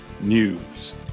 News